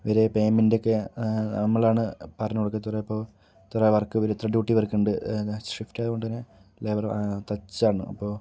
ഇവരുടെ പേയ്മെന്റൊക്കെ നമ്മളാണ് പറഞ്ഞ് കൊടുക്കുക ഇത്ര ഇപ്പം ഇത്ര വർക്ക് ഇത്ര ഡ്യൂട്ടി ഇവർക്കുണ്ട് നൈറ്റ് ഷിഫ്റ്റ് ആയതുകൊണ്ട് തന്നെ ലേബറ് തച്ചാണ് അപ്പോൾ